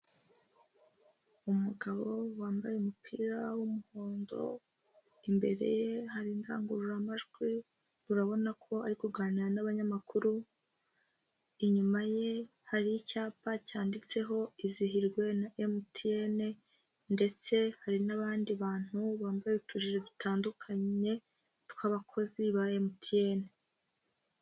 Umugabo wambaye umupira w'umuhondo, imbere ye hari indangururamajwi, urabona ko ari kuganira n'abanyamakuru, inyuma ye hari icyapa cyanditseho izihirwe na MTN, ndetse hari n'abandi bantu bambaye utujiri dutandukanye twabakozi ba MTN.